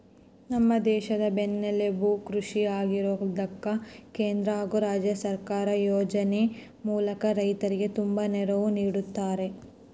ನಮ್ಮ ದೇಶದ ಬೆನ್ನೆಲುಬು ಕೃಷಿ ಆಗಿರೋದ್ಕ ಕೇಂದ್ರ ಹಾಗು ರಾಜ್ಯ ಸರ್ಕಾರ ಯೋಜನೆ ಮೂಲಕ ರೈತರಿಗೆ ತುಂಬಾ ನೆರವು ನೀಡುತ್ತಿದ್ದಾರೆ